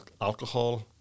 alcohol